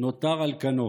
נותר על כנו.